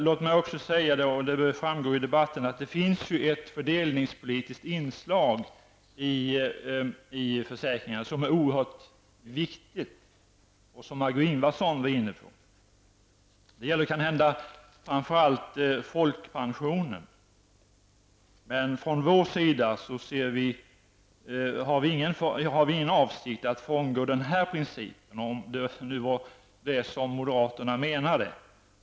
Låt mig ändå säga att -- det lär väl framgå av debatten -- det finns ett fördelningspolitiskt inslag i försäkringen som är oerhört viktigt och som Margó Ingvardsson var inne på. Det gäller framför allt folkpensionen. Från vår sida har vi ingen avsikt att frångå nuvarande princip -- om det nu var detta moderaterna menade.